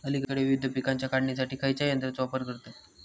अलीकडे विविध पीकांच्या काढणीसाठी खयाच्या यंत्राचो वापर करतत?